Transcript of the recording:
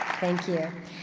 thank you.